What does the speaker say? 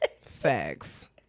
facts